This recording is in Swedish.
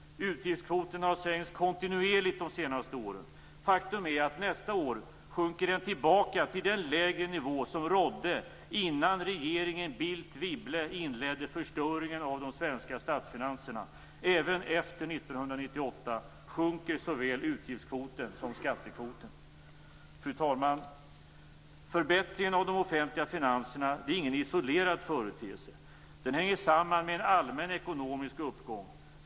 Utgiftskvoten har sänkts kontinuerligt de senaste åren. Faktum är att den nästa år sjunker tillbaka till den lägre nivå som rådde innan regeringen Bildt-Wibble inledde förstöringen av de svenska statsfinanserna. Även efter 1998 sjunker såväl utgiftskvoten som skattekvoten. Fru talman! Förbättringen av de offentliga finanserna är ingen isolerad företeelse. Den hänger samman med en allmän ekonomisk uppgång.